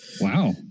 Wow